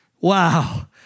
Wow